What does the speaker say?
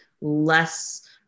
less